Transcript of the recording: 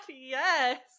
yes